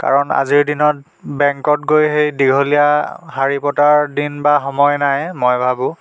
কাৰণ আজিৰ দিনত বেংকত গৈ সেই দীঘলীয়া শাৰী পতাৰ দিন বা সময় নাই মই ভাবোঁ